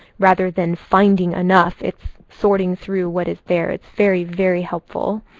rather than finding enough. it's sorting through what is there. it's very, very helpful.